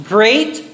Great